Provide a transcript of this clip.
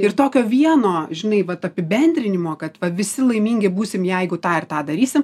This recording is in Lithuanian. ir tokio vieno žinai vat apibendrinimo kad va visi laimingi būsim jeigu tą ir tą darysi